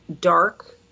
dark